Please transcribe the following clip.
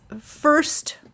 first